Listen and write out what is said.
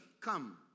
come